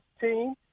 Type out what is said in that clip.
team